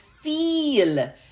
feel